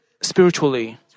spiritually